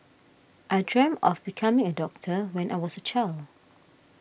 I dreamt of becoming a doctor when I was a child